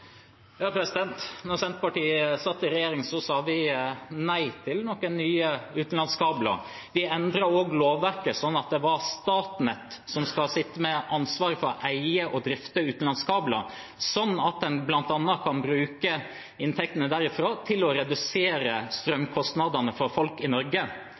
Senterpartiet satt i regjering, sa vi nei til nye utenlandskabler. Vi endret også lovverket slik at det var Statnett som skulle sitte med ansvaret for å eie og drifte utenlandskabler, slik at en bl.a. kunne bruke inntektene derfra til å redusere strømkostnadene for folk i Norge.